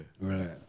right